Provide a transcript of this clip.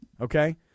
okay